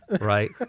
Right